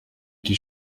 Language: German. die